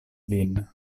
lin